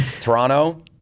Toronto